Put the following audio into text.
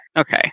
okay